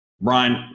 Brian